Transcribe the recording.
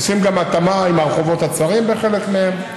עושים גם התאמה עם הרחובות הצרים בחלק מהם,